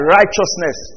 righteousness